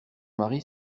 marie